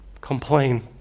complain